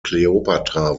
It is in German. kleopatra